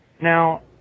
Now